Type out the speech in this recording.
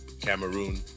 Cameroon